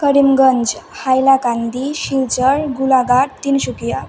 Karimganj Hailakandi Silchar Golaghat Tinsukia